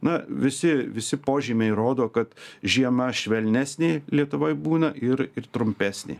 na visi visi požymiai rodo kad žiema švelnesnė lietuvoj būna ir ir trumpesnė